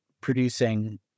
producing